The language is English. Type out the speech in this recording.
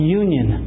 union